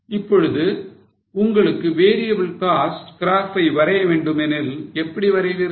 இப்பொழுது உங்களுக்கு variable cost graph வரைய வேண்டுமெனில் எப்படி வரைவீர்கள்